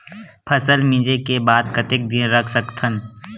फसल मिंजे के बाद कतेक दिन रख सकथन?